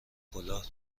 کلاه